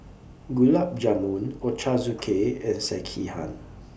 Gulab Jamun Ochazuke and Sekihan